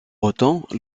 autant